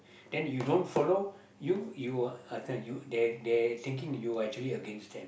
then you don't follow you you are time they they are thinking you are actually against them